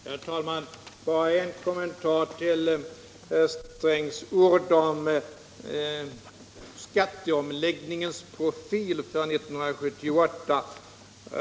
Herr talman! Bara en kommentar till herr Strängs ord om skatteomläggningens profil för 1978.